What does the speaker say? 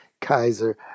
Kaiser